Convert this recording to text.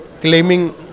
claiming